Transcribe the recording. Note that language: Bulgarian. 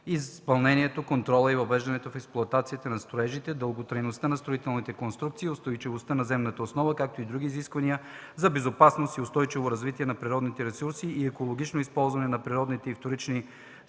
изпълнението, контрола и въвеждането в експлоатация на строежите, дълготрайността на строителните конструкции, устойчивостта на земната основа, както и други изисквания за безопасност и за устойчиво развитие на природните ресурси и екологично използване на природни и вторични